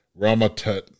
Ramatet